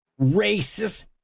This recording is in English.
racist